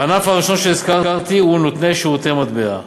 הענף הראשון שהזכרתי הוא נותני שירותי המטבע,